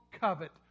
covet